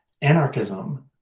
anarchism